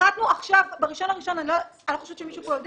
הפחתנו אני לא חושבת שמישהו פה יודע